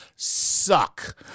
suck